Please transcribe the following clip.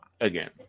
again